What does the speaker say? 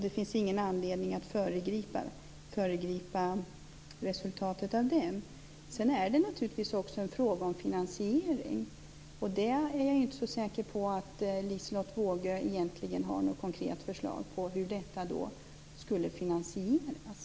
Det finns ingen anledning att föregripa resultatet av den. Sedan är det naturligtvis också en fråga om finansiering. Jag är inte så säker på att Liselotte Wågö egentligen har något konkret förslag på hur detta skulle finansieras.